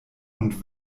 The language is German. und